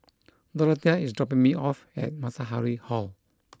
Dorathea is dropping me off at Matahari Hall